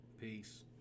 Peace